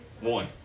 one